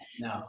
No